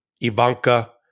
Ivanka